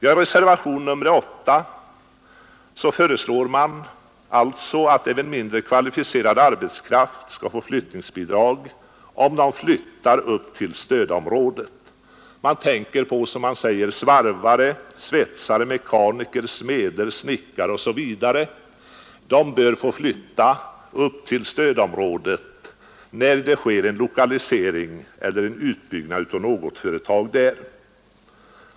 I reservationen 8 föreslår man också att även mindre högt kvalificerad arbetskraft skall få flyttningsbidrag, om den flyttar upp till stödområdet. Man tänker därvid på, som man säger, svarvare, svetsare, mekaniker, smeder, snickare osv., som flyttar upp till stödområdet när det sker en lokalisering eller utbyggnad av något företag där.